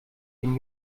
den